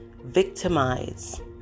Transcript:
victimize